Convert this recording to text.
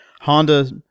Honda